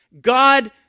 God